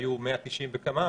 היו 190 וכמה,